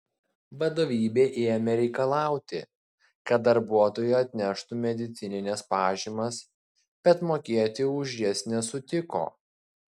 vadovybė ėmė reikalauti kad darbuotojai atneštų medicinines pažymas bet mokėti už jas nesutiko